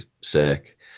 sick